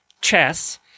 chess